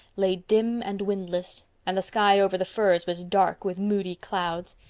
lay dim and windless and the sky over the firs was dark with moody clouds.